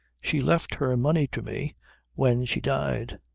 she left her money to me when she died.